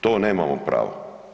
To nemamo pravo.